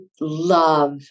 love